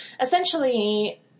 Essentially